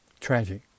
tragic